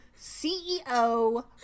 CEO